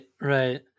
Right